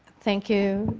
thank you,